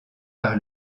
par